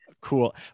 Cool